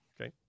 Okay